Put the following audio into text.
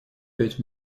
пять